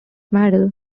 medal